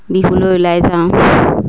বিহুলৈ ওলাই যাওঁ